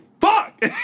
Fuck